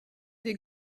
des